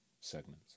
Segments